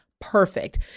perfect